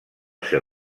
ser